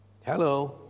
Hello